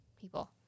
people